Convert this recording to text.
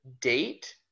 date